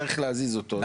צריך להזיז אותו.